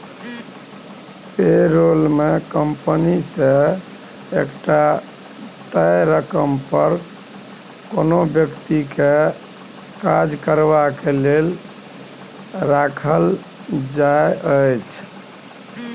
पे role मे company द्वारा एकटा तय सेलरी पर कोनो बेकती केँ काज पर राखल जाइ छै